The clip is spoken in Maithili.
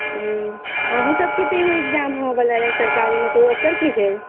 हुँ अहूँ सबके तऽ एगो एक्जाम होइवला रहै सरकारी ने कोइ ओकर की भेल